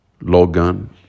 Logan